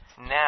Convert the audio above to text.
Now